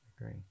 Agree